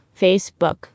Facebook